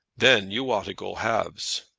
then you ought to go halves.